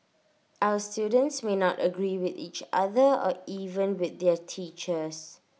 our students may not agree with each other or even with their teachers